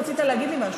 רצית להגיד לי משהו,